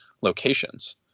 locations